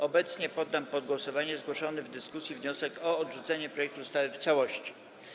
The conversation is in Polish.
Obecnie poddam pod głosowanie zgłoszony w dyskusji wniosek o odrzucenie projektu ustawy w całości.